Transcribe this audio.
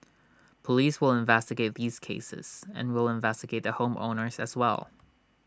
Police will investigate these cases and we'll investigate the home owners as well